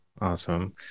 Awesome